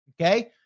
okay